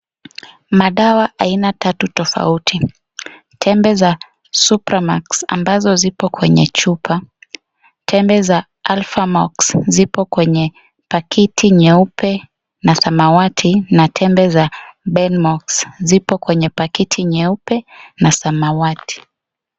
Madawa aina tatu tofauti, tembe za Supramax ambazo zipo kwenye chupa, tembe za Alphamox zipo kwenye pakiti nyeupe na samawati na tembe za Benmox zipo kwenye pakiti nyeupe na samawati.